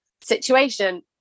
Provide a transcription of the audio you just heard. situation